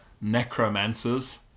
necromancers